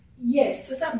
Yes